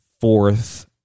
fourth